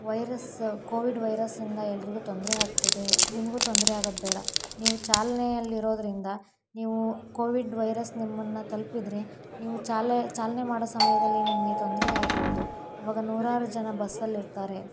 virus Covid ವೈರಸಿಂದ ಎಲ್ಲರಿಗೂ ತೊಂದರೆಯಾಗ್ತಿದೆ ನಿಮಗೂ ತೊಂದ್ರೆಯಾಗೋದು ಬೇಡ ನೀವು ಚಾಲ್ನೆಯಲ್ಲಿ ಇರೋದರಿಂದ ನೀವು ಕೋವಿಡ್ ವೈರಸ್ ನಿಮ್ಮನ್ನ ತಲುಪಿದ್ರೆ ನೀವು ಚಾಲೆ ಚಾಲನೆ ಮಾಡೊ ಸಮಯದಲ್ಲಿ ನಿಮಗೆ ತೊಂದರೆಯಾಗ್ಬೌದು ಆವಾಗ ನೂರಾರು ಜನ ಬಸ್ಸಲ್ಲಿರ್ತಾರೆ